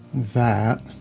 that